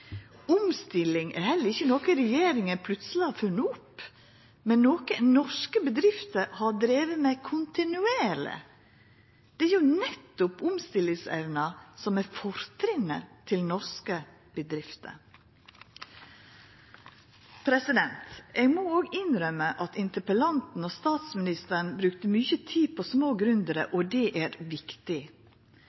Omstilling er heller ikkje noko regjeringa plutseleg har funne opp, men noko norske bedrifter har drive med kontinuerleg. Det er nettopp omstillingsevna som er fortrinnet til norske bedrifter. Eg må òg innrømma at interpellanten og statsministeren brukte mykje tid på små gründerar, og det er viktig.